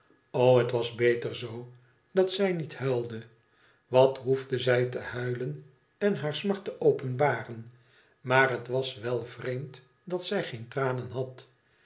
o het was beter zoo dat zij niet huilde wat hoefde zij te huilen en haar smart te openbaren maar het was wel vreemd dat zij geen tranen had